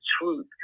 truth